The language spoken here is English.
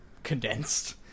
Condensed